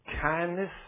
kindness